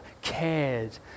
cared